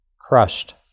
crushed